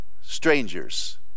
strangers